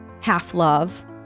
half-love